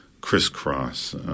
crisscross